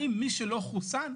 האם מי שלא חוסן,